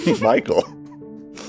Michael